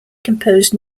composed